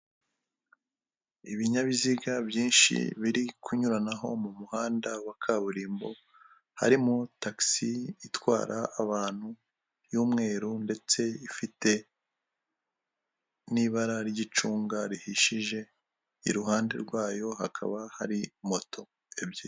Ibinyabiziga byinshi biri kunyuranaho mu muhanda wa kaburimbo, harimo tagisi itwara abantu y'umweru ndetse ifite n'ibara ry'icunga rihishije, iruhande rwayo hakaba hari moto ebyiri.